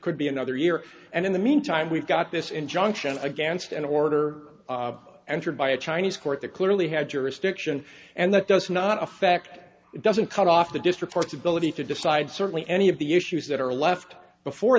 could be another year and in the meantime we've got this injunction against an order entered by a chinese court that clearly had jurisdiction and that does not affect it doesn't cut off the district court's ability to decide certainly any of the issues that are left before